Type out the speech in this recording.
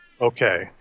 Okay